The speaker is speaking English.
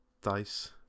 dice